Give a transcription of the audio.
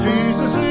Jesus